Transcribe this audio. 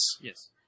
yes